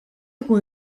ikun